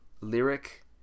lyric